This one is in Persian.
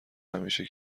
همیشه